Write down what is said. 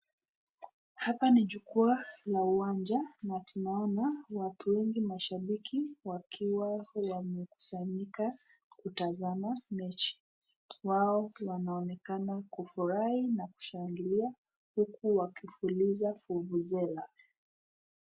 Hapa ni jukwaa la uwanja na tunaona watu wengi mashabiki wakiwa wamekusanyika kutazama mechi, wao vwanaonekana kufurahi na kushangilia huku wakipuliza vuvuzela.